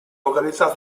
località